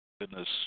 goodness